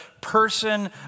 person